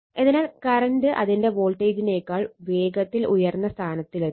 അതിനാൽ കറണ്ട് അതിന്റെ വോൾട്ടേജിനെക്കാൾ വേഗത്തിൽ ഉയർന്ന സ്ഥാനത്തിൽ എത്തും